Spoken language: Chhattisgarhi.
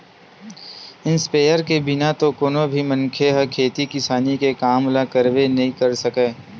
इस्पेयर के बिना तो कोनो भी मनखे ह खेती किसानी के काम ल करबे नइ कर सकय